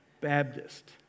Baptist